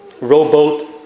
rowboat